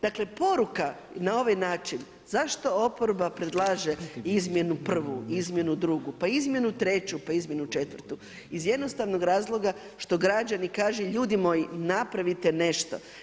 Dakle poruka na ovaj način zašto oporbe predlaže izmjenu prvu, izmjenu drugu, pa izmjenu treću, pa izmjenu četvrtu, iz jednostavnog razloga što građani kažu ljudi moji, napravite nešto.